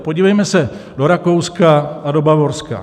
Podívejme se do Rakouska a do Bavorska.